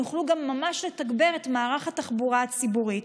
הם יוכלו גם ממש לתגבר את מערך התחבורה הציבורית.